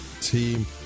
team